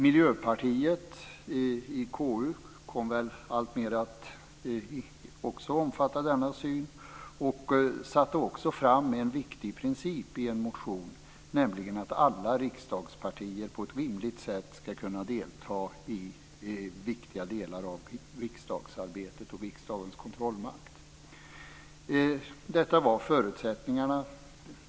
Miljöpartiet i KU kom också alltmer att omfatta denna syn och förde fram en viktig princip i en motion, nämligen att alla riksdagspartier på ett rimligt sätt ska kunna delta i viktiga delar av riksdagsarbetet och i arbetet med riksdagens kontrollmakt. Detta var förutsättningarna.